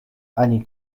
ani